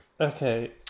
Okay